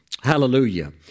Hallelujah